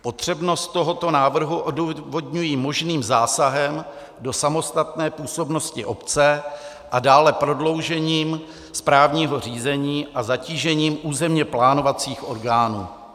Potřebnost tohoto návrhu odůvodňují možným zásahem do samostatné působnosti obce a dále prodloužením správního řízení a zatížením územně plánovacích orgánů.